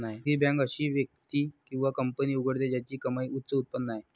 खासगी बँक अशी व्यक्ती किंवा कंपनी उघडते ज्याची कमाईची उच्च उत्पन्न आहे